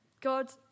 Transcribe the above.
God